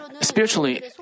spiritually